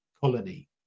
colony